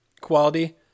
quality